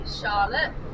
Charlotte